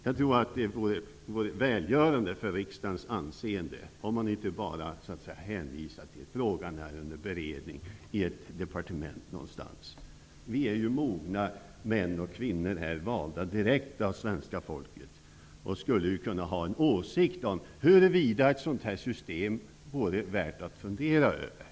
Jag tror att det vore välgörande för riksdagens anseende om ledamöterna inte bara hänvisade till att frågan är under beredning i ett departement någonstans. Vi är ju mogna män och kvinnor, valda direkt av svenska folket, och vi skulle ju kunna ha en åsikt om huruvida ett sådant här system vore värt att fundera över.